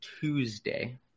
Tuesday